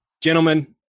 Gentlemen